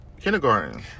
kindergarten